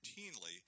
routinely